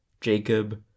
Jacob